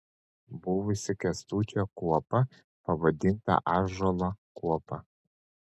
buvusi kęstučio kuopa pavadinta ąžuolo kuopa